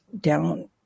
down